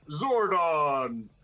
Zordon